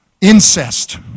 Incest